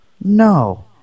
no